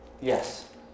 Yes